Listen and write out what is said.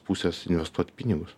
pusės investuot pinigus